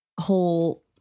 whole